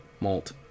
Malt